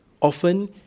Often